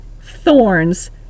thorns